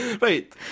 Right